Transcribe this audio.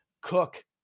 Cook